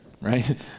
right